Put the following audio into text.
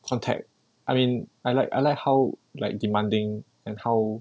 contact I mean I like I like how like demanding and how